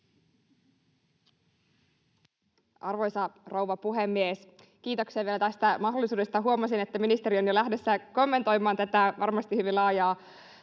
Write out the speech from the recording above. Arvoisa rouva puhemies! Kiitoksia vielä tästä mahdollisuudesta. Huomasin, että ministeri on jo lähdössä kommentoimaan tätä varmasti hyvin laajaa